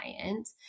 client